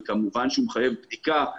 וכמובן שהוא מחייב בדיקה,